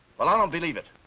well i don't believe it.